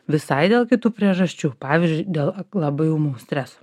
visai dėl kitų priežasčių pavyzdžiui dėl labai ūmaus streso